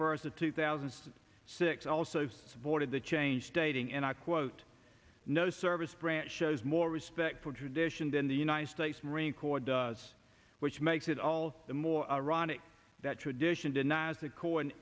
first of two thousand six also supported the change stating and i quote no service branch shows more respect for tradition than the united states marine corps does which makes it all the more ironic that tradition denies the cor